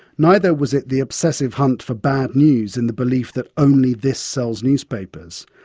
neither was it the obsessive hunt for bad news in the belief that only this sells newspapers.